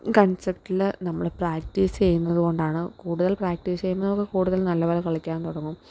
കൺസെപ്റ്റിൽ നമ്മൾ പ്രാക്ടീസ് ചെയ്യുന്നതുകൊണ്ടാണ് കൂടുതൽ പ്രാക്ടീസ് ചെയ്യുമ്പോൾ നമുക്ക് കൂടുതൽ നല്ല പോലെ കളിക്കാൻ തുടങ്ങും